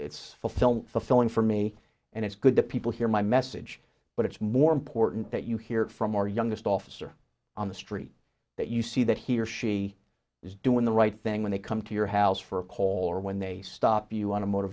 it's a film to fill in for me and it's good that people hear my message but it's more important that you hear from our youngest officer on the street that you see that he or she is doing the right thing when they come to your house for a call or when they stop you on a motor